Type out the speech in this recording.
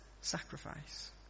sacrifice